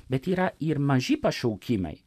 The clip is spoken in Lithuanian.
bet yra ir maži pašaukimai